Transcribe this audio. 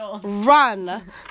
Run